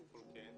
קודם כול, כן.